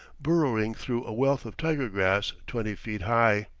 burrowing through a wealth of tiger-grass twenty feet high.